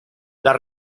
las